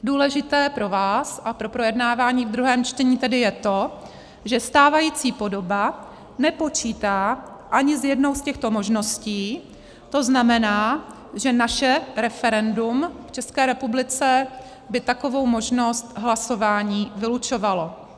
Důležité pro vás a pro projednávání v druhém čtení tedy je to, že stávající podoba nepočítá ani s jednou z těchto možností, to znamená, že naše referendum v České republice by takovou možnost hlasování vylučovalo.